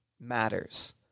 matters